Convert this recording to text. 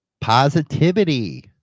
Positivity